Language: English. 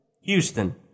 Houston